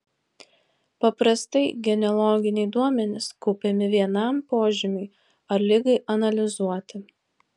paprastai genealoginiai duomenys kaupiami vienam požymiui ar ligai analizuoti